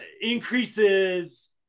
increases